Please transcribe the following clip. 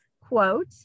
quote